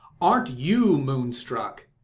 aren't you moonstruck,